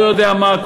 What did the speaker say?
לא יודע מה,